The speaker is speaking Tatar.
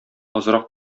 азрак